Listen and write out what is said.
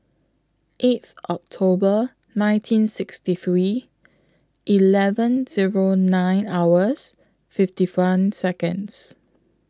eighth October nineteen sixty three eleven Zero nine hours fifty one Seconds